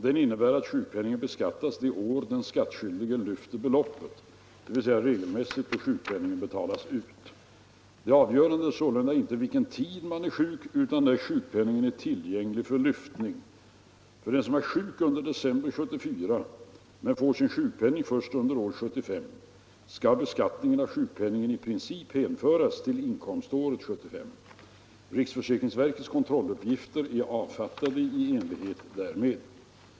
Den innebär att sjukpenningen beskattas det år den skattskyldige kan lyfta beloppet, dvs. regelmässigt då sjukpenningen betalas ut. Det avgörande är sålunda inte vilken tid man är sjuk utan när sjukpenningen är tillgänglig för lyftning. För den som är sjuk under december 1974 men får sin sjukpenning först under år 1975 skall beskattningen av sjukpenningen i princip hänföras till inkomståret 1975. Riksförsäkringsverkets kontrolluppgifter är avfattade i enlighet härmed.